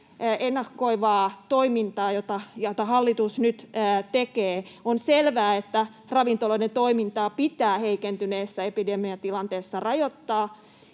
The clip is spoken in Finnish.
ennakoivaa toimintaa, jota hallitus nyt tekee. On selvää, että ravintoloiden toimintaa pitää heikentyneessä epidemiatilanteessa rajoittaa